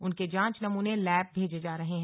उनके जांच नमूने लैब भेजे जा रहे हैं